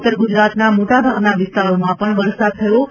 ઉત્તર ગુજરાતના મોટાભાગના વિસ્તારોમાં પણ વરસાદ થયો છે